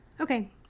Okay